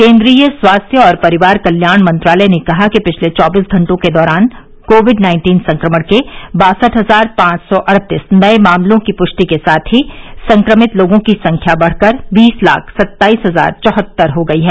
केन्द्रीय स्वास्थ्य और परिवार कल्याण मंत्रालय ने कहा कि पिछले चौबीस घंटों के दौरान कोविड नाइन्टीन संक्रमण के बासठ हजार पांच सौ अड़तीस नये मामलों की पुष्टि के साथ ही संक्रमित लोगों की संख्या बढ़कर बीस लाख सत्ताईस हजार चौहत्तर हो गई है